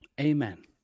Amen